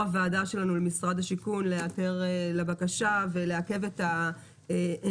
הוועדה שלנו למשרד השיכון להיעתר לבקשה ולעכב את הפינויים